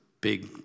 big